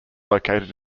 located